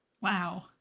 Wow